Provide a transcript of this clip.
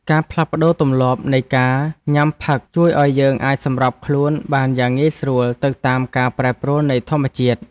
ការផ្លាស់ប្តូរទម្លាប់នៃការញ៉ាំផឹកជួយឱ្យយើងអាចសម្របខ្លួនបានយ៉ាងងាយស្រួលទៅតាមការប្រែប្រួលនៃធម្មជាតិ។